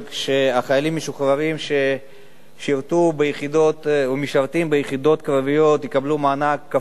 שחיילים משוחררים ששירתו או משרתים ביחידות קרביות יקבלו מענק כפול,